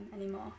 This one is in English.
anymore